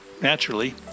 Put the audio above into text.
Naturally